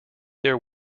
their